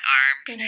arms